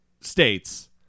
states